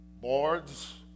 boards